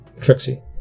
Trixie